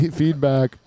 feedback